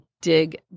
dig